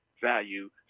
value